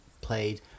played